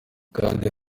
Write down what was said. kanda